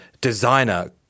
designer